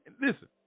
listen